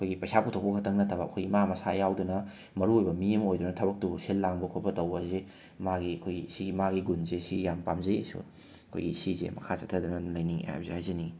ꯑꯩꯈꯣꯏꯒꯤ ꯄꯩꯁꯥ ꯄꯨꯊꯣꯛꯄ ꯈꯛꯇꯪ ꯅꯠꯇꯕ ꯑꯥꯈꯣꯏ ꯃꯥ ꯃꯁꯥ ꯌꯥꯎꯗꯨꯅ ꯃꯔꯨ ꯑꯣꯏꯕ ꯃꯤ ꯑꯃ ꯑꯣꯏꯗꯨꯅ ꯊꯕꯛꯇꯨꯕꯨ ꯁꯤꯜ ꯂꯥꯡꯕ ꯈꯣꯠꯄ ꯇꯧꯕ ꯑꯁꯦ ꯃꯥꯒꯤ ꯑꯩꯈꯣꯏꯒꯤ ꯁꯤ ꯃꯥꯒꯤ ꯒꯨꯟꯁꯦ ꯃꯁꯤ ꯌꯥꯝꯅ ꯄꯥꯝꯖꯩ ꯑꯩꯈꯣꯏꯒꯤ ꯁꯤꯁꯦ ꯃꯈꯥ ꯆꯠꯊꯗꯨꯅ ꯂꯩꯅꯤꯡꯏ ꯍꯥꯏꯕꯁꯦ ꯍꯥꯏꯖꯅꯤꯡꯏ